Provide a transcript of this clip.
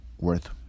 worth